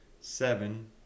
Seven